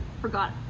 forgot